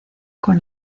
con